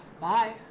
Bye